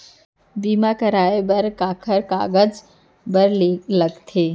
बीमा कराय बर काखर कागज बर लगथे?